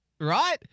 Right